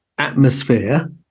atmosphere